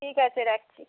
ঠিক আছে রাখছি